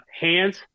Hands